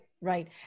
right